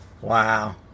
Wow